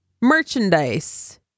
merchandise